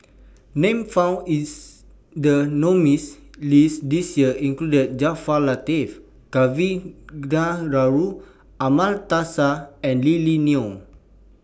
Names found in The nominees' list This Year include Jaafar Latiff Kavignareru Amallathasan and Lily Neo